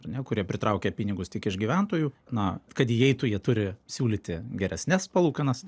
ar ne kurie pritraukia pinigus tik iš gyventojų na kad įeitų jie turi siūlyti geresnes palūkanas